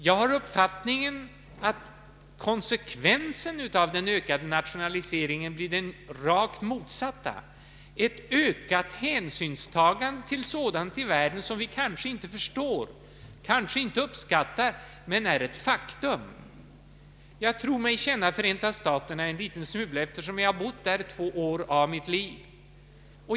Jag hyser den uppfattningen att konsekvensen av den ökade internationaliseringen blir den rakt motsatta, nämligen ett ökat hänsynstagande till sådant i världen som vi kanske inte förstår och uppskattar men är ett faktum. Jag tror mig känna Förenta staterna en liten smula eftersom jag har bott där i två år av mitt liv.